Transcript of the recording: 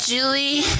Julie